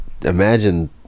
imagine